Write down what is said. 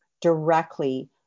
directly